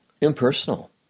impersonal